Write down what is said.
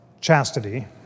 chastity